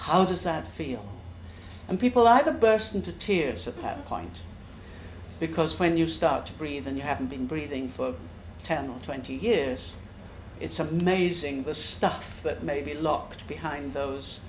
how does that feel and people either burst into tears of power point because when you start to breathe and you haven't been breathing for ten or twenty years it's amazing the stuff that maybe locked behind those